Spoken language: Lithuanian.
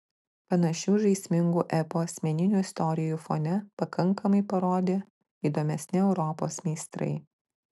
panašių žaismingų epų asmeninių istorijų fone pakankamai parodė įdomesni europos meistrai